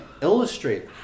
illustrate